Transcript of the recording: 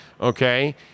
okay